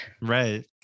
Right